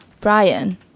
Brian